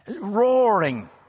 Roaring